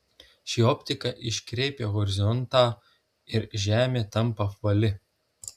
ši optika iškreipia horizontą ir žemė tampa apvali